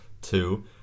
two